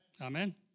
amen